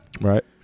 Right